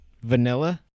vanilla